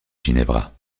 ginevra